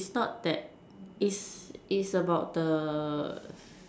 it's not that it's it's about the